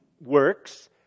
works